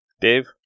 Dave